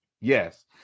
Yes